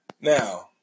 Now